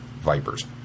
Vipers